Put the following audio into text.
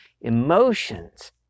emotions